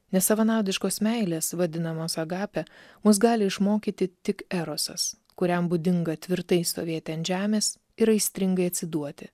nesavanaudiškos meilės vadinamos agape mus gali išmokyti tik erosas kuriam būdinga tvirtai stovėti ant žemės ir aistringai atsiduoti